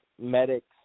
medics